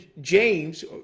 James